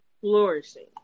Flourishing